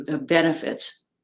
benefits